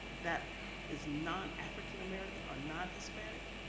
that is non-african american or not hispanic,